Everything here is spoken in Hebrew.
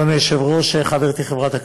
אדוני היושב-ראש, חברתי חברת הכנסת,